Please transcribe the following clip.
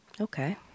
Okay